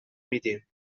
میدیم